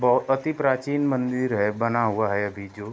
वह अति प्राचीन मंदिर है बना हुआ है अभी जो